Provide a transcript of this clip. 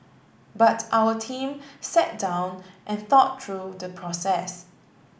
but our team sat down and thought through the process